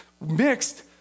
mixed